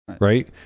right